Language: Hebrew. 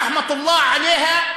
רחמת אללה עליה,